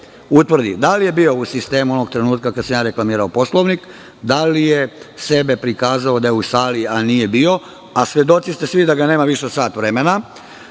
da li je on bio u sistemu onog trenutka kada sam ja reklamirao Poslovnik, da li je sebe prikazao kao da je u sali a nije bio, a svi ste svedoci da ga nema više od sat vremena